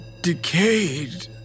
decayed